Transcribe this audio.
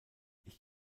ich